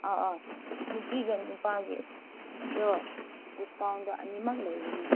ꯑꯥ ꯑꯥ ꯅꯨꯄꯤꯒ ꯅꯨꯄꯥꯒꯤ ꯑꯗꯣ ꯗꯤꯁꯀꯥꯎꯟꯗ ꯑꯅꯤꯃꯛ ꯂꯩꯒꯅꯤ